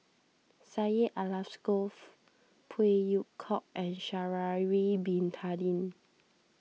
Syed Alsagoff Phey Yew Kok and Sha'ari Bin Tadin